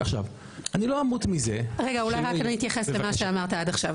אני לא אמות מזה --- אולי רק אני אתייחס למה שאמרת עד עכשיו.